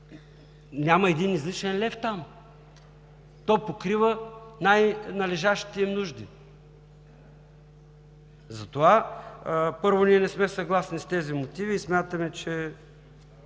няма един излишен лев – то покрива най-належащите им нужди. Първо, ние не сме съгласни с тези мотиви и смятаме, че